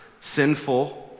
sinful